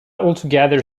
altogether